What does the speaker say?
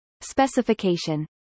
Specification